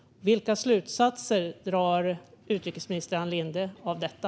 Vilka slutsatser drar utrikesminister Ann Linde av detta?